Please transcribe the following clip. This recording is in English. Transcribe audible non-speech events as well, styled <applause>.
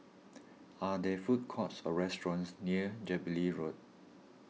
<noise> are there food courts or restaurants near Jubilee Road